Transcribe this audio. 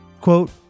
Quote